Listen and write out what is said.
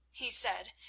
he said,